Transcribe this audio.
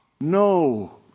No